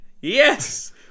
Yes